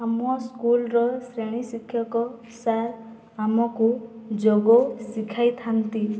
ଆମ ସ୍କୁଲର ଶ୍ରେଣୀ ଶିକ୍ଷକ ସାର୍ ଆମକୁ ଯୋଗ ଶିଖାଇଥାନ୍ତି